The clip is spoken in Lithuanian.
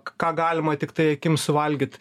ką galima tiktai akim suvalgyt